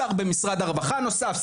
שר במשרד הרווחה נוסף,